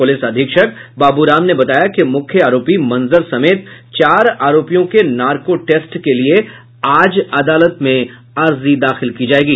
police अधीक्षक बाबू राम ने बताया कि मुख्य आरोपी मंजर समेत चार आरोपियों के नार्को टेस्ट के लिये आज अदालत में अर्जी दाखिल की जायेगी